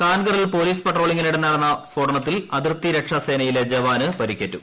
കാൻകറിൽ police പട്രോളിംഗിനിടെ നടന്ന സ്ഫോടനത്തിൽ അതിർത്തി രക്ഷാ സേനയിലെ ജവാന് പരിക്കേറ്റു